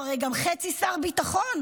הוא הרי גם חצי שר בטחון,